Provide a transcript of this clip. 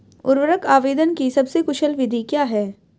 उर्वरक आवेदन की सबसे कुशल विधि क्या है?